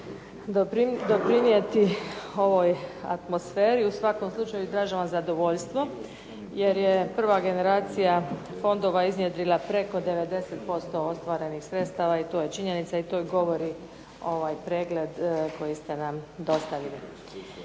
doprinijeti ovoj atmosferi. U svakom slučaju izražavam zadovoljstvo, jer je prva generacija fondova iznjedrila preko 90% ostvarenih sredstava i to je činjenica i to govori ovaj pregled koji ste nam dostavili.